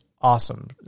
awesome